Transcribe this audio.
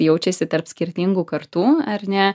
jaučiasi tarp skirtingų kartų ar ne